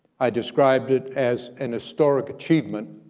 i described it as an historic achievement,